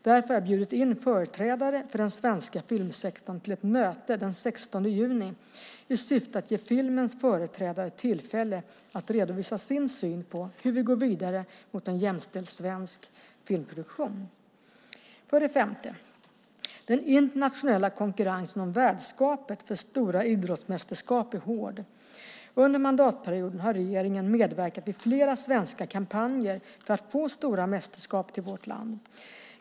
Därför har jag bjudit in företrädare för den svenska filmsektorn till ett möte den 16 juni i syfte att ge filmens företrädare tillfälle att redovisa sin syn på hur vi går vidare mot en jämställd svensk filmproduktion. För det femte: Den internationella konkurrensen om värdskapet för stora idrottsmästerskap är hård. Under mandatperioden har regeringen medverkat vid flera svenska kampanjer för att få stora mästerskap till vårt land.